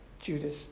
Judas